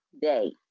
day